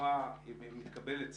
שבתוכה מתקבלת שיחה,